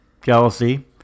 jealousy